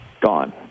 gone